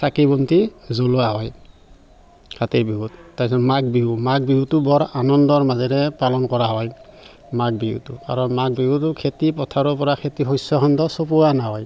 চাকি বন্তি জ্বলোৱা হয় কাতি বিহুত তাৰপিছত মাঘ বিহু মাঘ বিহুটো বৰ আনন্দৰ মাজেৰে পালন কৰা হয় মাঘ বিহুটো কাৰণ মাঘ বিহুতো খেতি পথাৰৰ পৰা খেতি শষ্যখণ্ড চপোৱা হয়